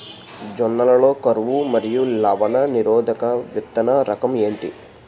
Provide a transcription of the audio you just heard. జొన్న లలో కరువు మరియు లవణ నిరోధక విత్తన రకం ఏంటి?